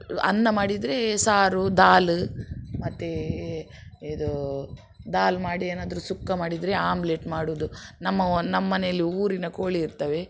ಅನ್ನ ಮಾಡಿದರೆ ಸಾರು ದಾಲ್ ಮತ್ತು ಇದು ದಾಲ್ ಮಾಡಿ ಏನಾದರು ಸುಕ್ಕ ಮಾಡಿದರೆ ಆಮ್ಲೆಟ್ ಮಾಡುವುದು ನಮ್ಮ ನಮ್ಮನೆಯಲ್ಲಿ ಊರಿನ ಕೋಳಿ ಇರ್ತವೆ